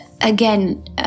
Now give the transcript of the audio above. again